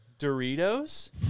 Doritos